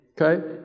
Okay